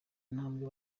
intambwe